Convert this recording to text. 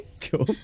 cool